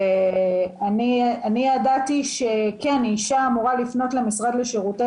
אני ידעתי שכן אישה אמורה לפנות למשרד לשירותי